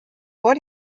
vor